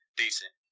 decent